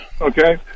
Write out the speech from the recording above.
Okay